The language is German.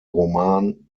roman